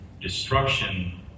destruction